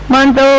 low-and-a